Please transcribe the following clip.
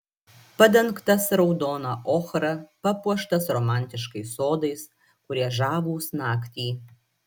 padengtas raudona ochra papuoštas romantiškais sodais kurie žavūs naktį